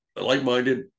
like-minded